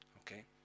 okay